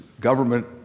government